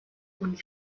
und